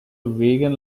vegan